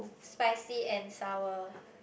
spicy and sour